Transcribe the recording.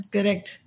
Correct